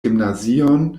gimnazion